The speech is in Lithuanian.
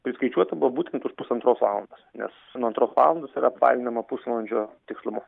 priskaičiuota buvo būtent už pusantros valandos nes nuo antros valandos yra apvalinama pusvalandžio tikslumu